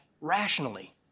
rationally